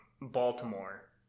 Baltimore